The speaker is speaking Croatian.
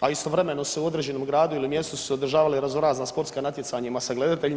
a istovremeno se u određenom gradu ili mjestu su se održavala razno razna sportska natjecanja sa gledateljima.